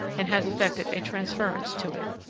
and has effected a transference to it.